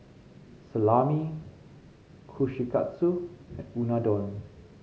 Salami Kushikatsu and Unadon